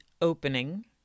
opening